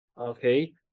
okay